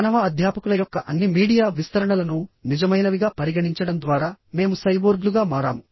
మానవ అధ్యాపకుల యొక్క అన్ని మీడియా విస్తరణలను నిజమైనవిగా పరిగణించడం ద్వారా మేము సైబోర్గ్లుగా మారాము